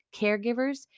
caregivers